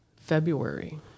February